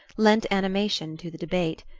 lent animation to the debate.